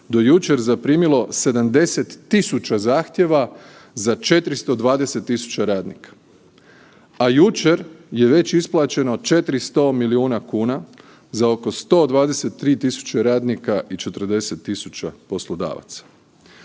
do jučer zaprimilo 70 000 zahtjeva za 420 000 radnika. A jučer je već isplaćeno 400 milijuna kuna za oko 123 000 radnika i 40 000 poslodavaca.